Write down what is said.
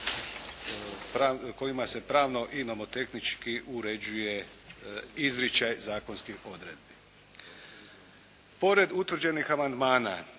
kojima se pravno i nomotehnički uređuje izričaj zakonskih odredbi. Pored utvrđenih amandmana